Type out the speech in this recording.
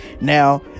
Now